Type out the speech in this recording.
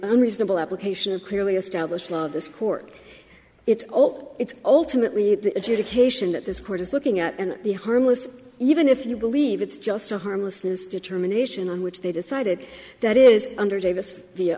unreasonable application of clearly established law this court it's all its ultimate we the education that this court is looking at and the harmless even if you believe it's just a harmlessness determination on which they decided that is under davis the